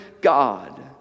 God